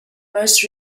most